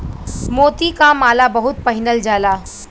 मोती क माला बहुत पहिनल जाला